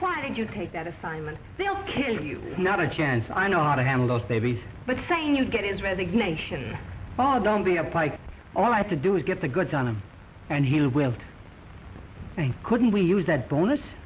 why did you take that assignment can you not a chance i know how to handle those davies but saying you get his resignation oh don't be a pike all i have to do is get the goods on him and he will couldn't we use that bonus